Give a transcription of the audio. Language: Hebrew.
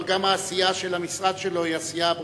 אבל גם העשייה של המשרד שלו היא עשייה ברוכה.